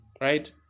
Right